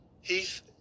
Heath